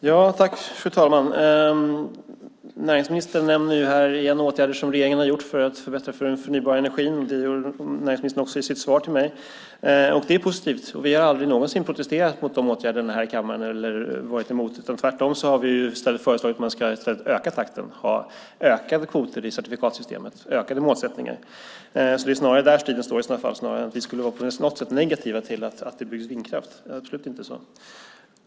Fru talman! Näringsministern nämner igen åtgärder som regeringen har vidtagit för att förbättra för den förnybara energin. Det gjorde näringsministern också i sitt första inlägg. Det är positivt, och vi har aldrig någonsin protesterat eller varit emot de åtgärderna. Tvärtom har vi föreslagit att man i stället ska öka takten, ha ökade kvoter i certifikatsystemet, ökade målsättningar. Det är i så fall snarare det striden gäller, inte att vi på något sätt skulle vara negativa till att det byggs vindkraft. Det är vi definitivt inte.